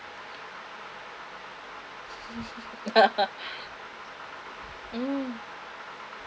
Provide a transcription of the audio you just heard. mm